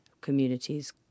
communities